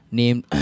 named